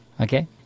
okay